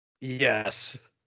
Yes